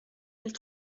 mille